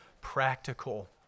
practical